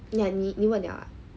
你问了啊